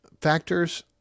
factors